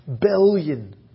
billion